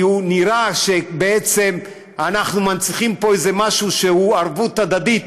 כי נראה שבעצם אנחנו מנציחים פה איזה משהו שהוא ערבות הדדית